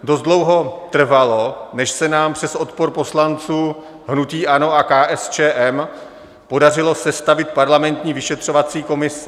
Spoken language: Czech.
Dost dlouho trvalo, než se nám přes odpor poslanců hnutí ANO a KSČM podařilo sestavit parlamentní vyšetřovací komisi.